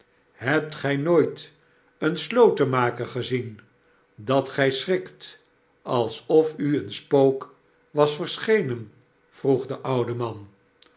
hebt gij nooit een slotenmaker gezien dat gij schrikt alsof u een spook was verschenen vroeg de oude man